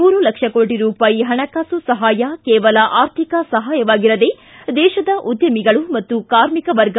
ಮೂರು ಲಕ್ಷ ಕೋಟ ರೂಪಾಯಿ ಹಣಕಾಸು ಸಹಾಯ ಕೇವಲ ಆರ್ಥಿಕ ಸಹಾಯವಾಗಿರದೆ ದೇಶದ ಉದ್ದಮಿಗಳು ಮತ್ತು ಕಾರ್ಮಿಕ ವರ್ಗ